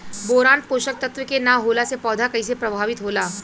Boron पोषक तत्व के न होला से पौधा कईसे प्रभावित होला?